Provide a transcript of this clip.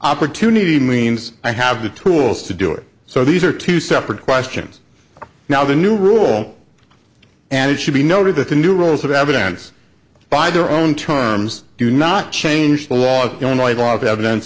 opportunity means i have the tools to do it so these are two separate questions now the new rule and it should be noted that the new rules of evidence by their own terms do not change the laws only law of evidence